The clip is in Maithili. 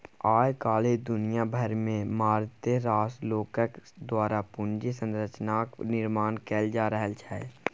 आय काल्हि दुनिया भरिमे मारिते रास लोकक द्वारा पूंजी संरचनाक निर्माण कैल जा रहल छै